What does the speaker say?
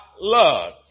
love